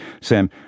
Sam